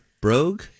brogue